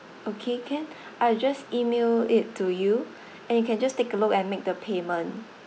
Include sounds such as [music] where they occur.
okay can [breath] I will just email it to you [breath] and you can just take a look and make the payment